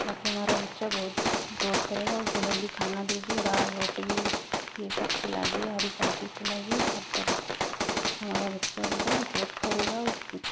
ताकि हमारा बच्चा बहुत ग्रोथ करेगा उसे हेल्दी खाना दीजिए दाल रोटी ये सब खिलाइये हरी सब्ज़ी खिलाइये आपका बच्चा हमारा बच्चा एकदम ग्रोथ करेगा उसकी